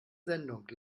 sendung